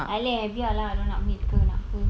!alah! biar lah dia orang nak mate ke nak apa